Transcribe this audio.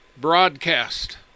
broadcast